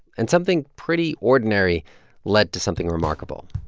and something pretty ordinary led to something remarkable.